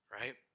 right